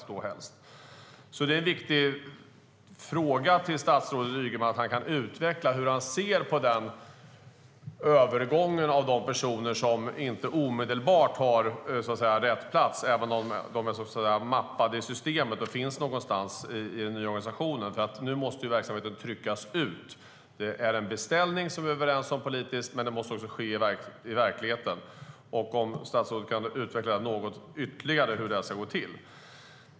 Men man ändrar inte det här över en dag. En viktig fråga till statsrådet Ygeman är om han kan utveckla hur han ser på övergången av de personer som inte omedelbart har rätt plats även om de är så att säga mappade i systemet och finns någonstans i den nya organisationen. Nu måste verksamheten nämligen tryckas ut. Det är en beställning som vi är överens om politiskt, men den måste också ske i verkligheten. Kan statsrådet utveckla ytterligare hur det ska gå till?